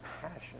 passion